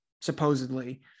supposedly